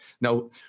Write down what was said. now